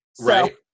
right